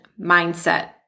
mindset